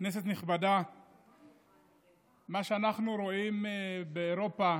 כנסת נכבדה, מה שאנחנו רואים באירופה,